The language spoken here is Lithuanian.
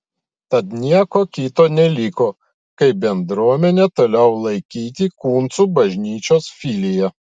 tad nieko kito neliko kaip bendruomenę toliau laikyti kuncų bažnyčios filija